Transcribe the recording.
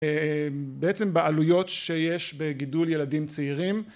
בעצם בעלויות שיש בגידול ילדים צעירים